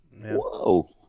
Whoa